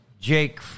Jake